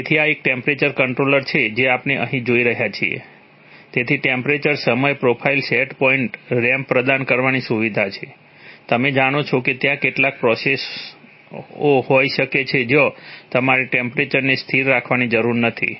તેથી આ એક ટેમ્પરેચર કંટ્રોલર છે જે આપણે અહીં જોઈ રહ્યા છીએ તેથી ટેમ્પરેચર સમય પ્રોફાઇલ સેટ પોઇન્ટ રેમ્પ પ્રદાન કરવાની સુવિધા છે તમે જાણો છો કે ત્યાં કેટલીક પ્રોસેસઓ હોઈ શકે છે જ્યાં તમારે ટેમ્પરેચરને સ્થિર રાખવાની જરૂર નથી